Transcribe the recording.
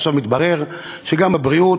עכשיו מתברר שגם בבריאות,